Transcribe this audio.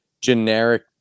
generic